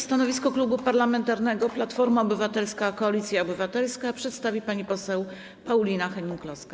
Stanowisko Klubu Parlamentarnego Platforma Obywatelska - Koalicja Obywatelska przedstawi pani poseł Paulina Hennig-Kloska.